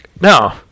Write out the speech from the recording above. No